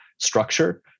structure